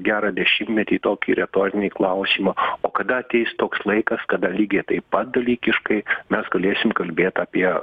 gerą dešimtmetį tokį retorinį klausimą o kada ateis toks laikas kada lygiai taip pat dalykiškai mes galėsim kalbėt apie